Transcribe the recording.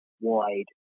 wide